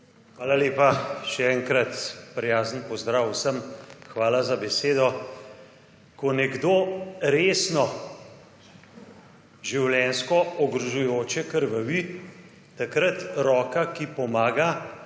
Hvala lepa. Še enkrat prijazen pozdrav vsem, hvala za besedo. Ko nekdo resno življenjsko ogrožajoče krvavi, takrat roka, ki pomaga,